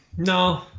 No